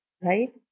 right